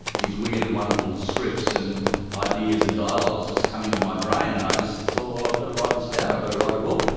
these weird and wonderful scripts and ideas and dialogues just come into my brain and i just thought, well, i've got to write this down, i've got to write a book.